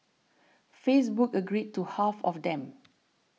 Facebook agreed to half of them